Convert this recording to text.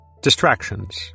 distractions